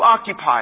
occupied